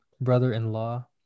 brother-in-law